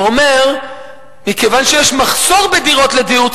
הוא אומר: מכיוון שיש מחסור בדירות לדיור ציבורי,